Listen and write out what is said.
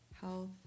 health